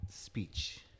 speech